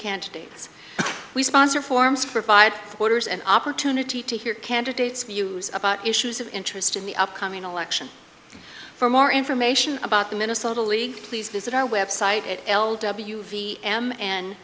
candidates we sponsor forms provide voters an opportunity to hear candidates about issues of interest in the upcoming election for more information about the minnesota league please visit our web site at l w v m and